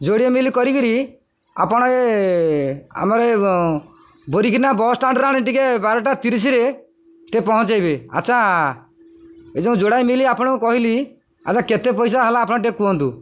ଯୋଡ଼ିଏ ମିଲ୍ କରିକିରି ଆପଣ ଏ ଆମର ବୋରିକିନା ବସ୍ ଷ୍ଟାଣ୍ଡରେ ଆଣି ଟିକେ ବାରଟା ତିରିଶିରେ ଟିକେ ପହଞ୍ଚାଇବେ ଆଚ୍ଛା ଏ ଯେଉଁ ଯୋଡ଼ାଏ ମିଲ୍ ଆପଣଙ୍କୁ କହିଲି ଆଚ୍ଛା କେତେ ପଇସା ହେଲା ଆପଣ ଟିକେ କୁହନ୍ତୁ